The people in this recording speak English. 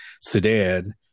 sedan